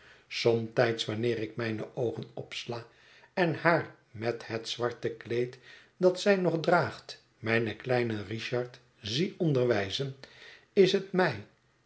somtijds wanneer ik mijne oogen opsla en haar met het zwarte kleed dat zij nog draagt mijn kleinen richard zie onderwijzen is het mij